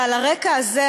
ועל הרקע הזה,